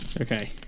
Okay